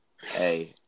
Hey